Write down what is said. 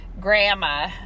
grandma